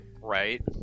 right